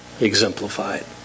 exemplified